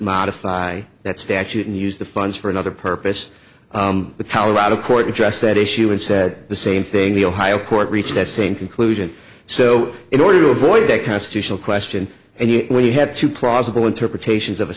modify that statute and use the funds for another purpose the colorado court dress that issue and said the same thing the ohio court reached that same conclusion so in order to avoid a constitutional question and we have to plausible interpretations of a